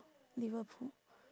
liverpool